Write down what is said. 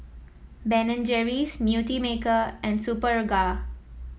Ben and Jerry's Beautymaker and Superga